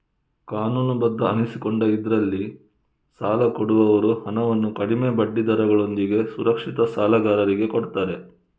ಕಾನೂನುಬದ್ಧ ಅನಿಸಿಕೊಂಡ ಇದ್ರಲ್ಲಿ ಸಾಲ ಕೊಡುವವರು ಹಣವನ್ನು ಕಡಿಮೆ ಬಡ್ಡಿ ದರಗಳೊಂದಿಗೆ ಸುರಕ್ಷಿತ ಸಾಲಗಾರರಿಗೆ ಕೊಡ್ತಾರೆ